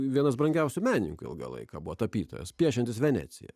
vienas brangiausių menininkų ilgą laiką buvo tapytojas piešiantis veneciją